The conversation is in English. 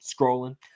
scrolling